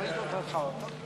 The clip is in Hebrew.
מי באמת גנב את המכונה?